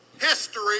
history